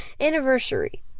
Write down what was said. Anniversary